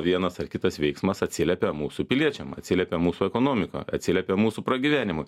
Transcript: vienas ar kitas veiksmas atsiliepia mūsų piliečiam atsiliepia mūsų ekonomika atsiliepia mūsų pragyvenimu